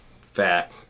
fat